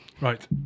Right